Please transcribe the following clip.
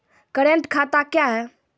Current खाता क्या हैं?